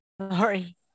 Sorry